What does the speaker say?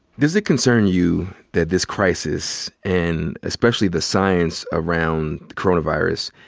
does it concern you that this crisis, and especially the science around the coronavirus,